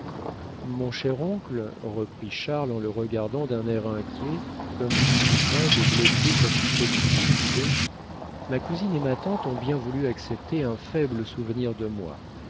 mon cher oncle reprit charles en le regardant d'un air inquiet comme s'il eût craint de blesser sa susceptibilité ma cousine et ma tante ont bien voulu accepter un faible souvenir de moi